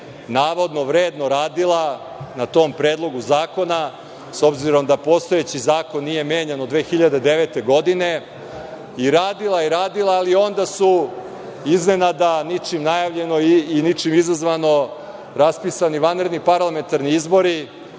navodno, vredno radila na tom predlogu zakona, s obzirom da postojeći zakon nije menjan od 2009. godine. I radila i radila, ali onda su, iznenada, ničim najavljeno i ničim izazvano, raspisani vanredni parlamentarni izbori